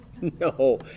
No